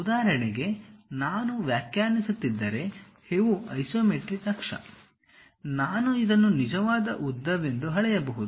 ಉದಾಹರಣೆಗೆ ನಾನು ವ್ಯಾಖ್ಯಾನಿಸುತ್ತಿದ್ದರೆ ಇವು ಐಸೊಮೆಟ್ರಿಕ್ ಅಕ್ಷ ನಾನು ಇದನ್ನು ನಿಜವಾದ ಉದ್ದವೆಂದು ಅಳೆಯಬಹುದು